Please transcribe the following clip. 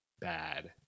bad